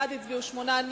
בעד הצביעו שמונה,